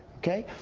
okay?